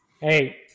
Hey